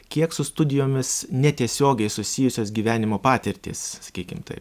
kiek su studijomis netiesiogiai susijusios gyvenimo patirtys sakykim tai